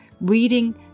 Reading